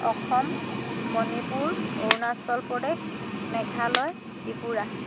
Assam Manipur Arunachal Pradesh Meghalaya Tripura